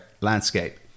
Landscape